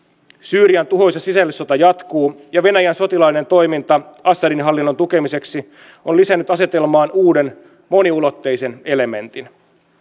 syyrian tuhoisa sisällissota jatkuu ja venäjän sotilaallinen toiminta assadin hallinnon tukemiseksi on lisännyt asetelmaan uuden moniulotteisen elementin